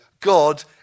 God